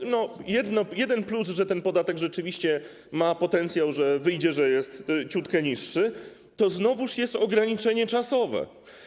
I jest jeden plus, że ten podatek rzeczywiście ma potencjał, że wyjdzie, że jest ciut niższy, ale znowuż jest ograniczenie czasowe.